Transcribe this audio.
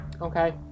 okay